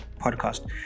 podcast